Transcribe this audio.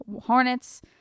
hornets